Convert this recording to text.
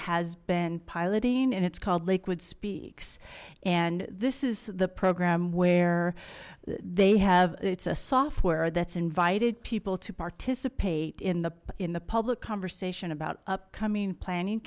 has been piloting and it's called lakewood speaks and this is the program where they have it's a software that's invited people to participate in the in the public conversation about up coming planning